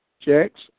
checks